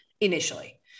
initially